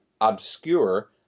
obscure